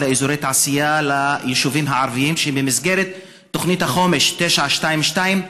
לאזורי תעשייה ליישובים הערביים שבמסגרת תוכנית החומש 922,